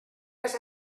las